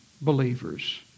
believers